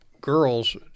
girls